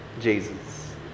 Jesus